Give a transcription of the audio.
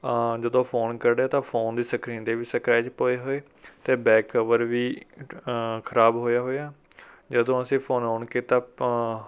ਜਦੋਂ ਫ਼ੋਨ ਕੱਢਿਆ ਤਾਂ ਫ਼ੋਨ ਦੀ ਸਕਰੀਨ ਦੇ ਵੀ ਸਕਰੈਚ ਪਏ ਹੋਏ ਅਤੇ ਬੈਕ ਕਵਰ ਵੀ ਖਰਾਬ ਹੋਇਆ ਹੋਇਆ ਜਦੋਂ ਅਸੀਂ ਫ਼ੋਨ ਔਨ ਕੀਤਾ